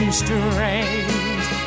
strange